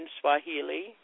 Swahili